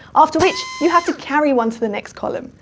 after which you have to carry one to the next column.